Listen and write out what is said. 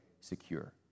secure